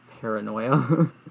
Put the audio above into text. paranoia